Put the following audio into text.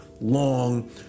long